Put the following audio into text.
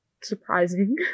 surprising